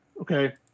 Okay